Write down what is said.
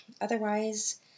otherwise